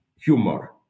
humor